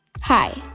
Hi